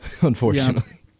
unfortunately